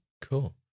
Cool